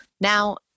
Now